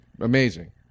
Amazing